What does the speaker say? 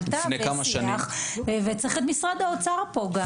וצריך פה גם את משרד האוצר.